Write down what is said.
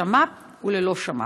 בשמ"פ וללא שמ"פ?